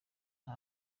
nta